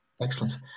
excellent